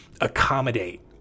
accommodate